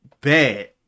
bad